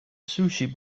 sushi